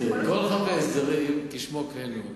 כל חוק ההסדרים, כשמו כן הוא,